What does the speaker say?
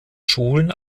schulen